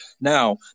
Now